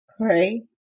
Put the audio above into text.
pray